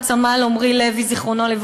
את סמל עמרי לוי ז"ל,